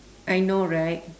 I know right